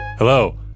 Hello